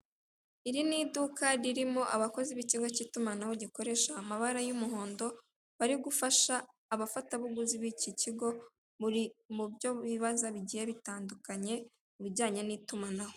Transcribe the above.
Iri ni iduka ririmo abakozi b'ikigo k'itumanaho gikoresha amabara y'umuhondo, bari gufasha abafatabuguzi b'iki kigo mu byo bibaza bigiye bitandukanye mu bijyanye n'itumanaho.